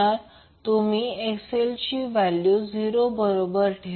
तुम्ही XL ची value 0 बरोबर ठेवा